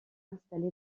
installé